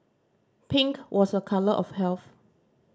pink was a colour of health